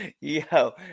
Yo